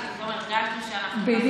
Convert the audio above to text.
שפתאום הרגשנו שאנחנו מכירים את כל העולם,